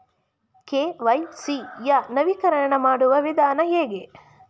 KYC ಯ ನವೀಕರಣ ಮಾಡುವ ವಿಧಾನ ಹೇಗೆ?